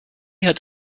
had